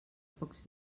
pocs